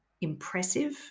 impressive